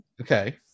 Okay